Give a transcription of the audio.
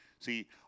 See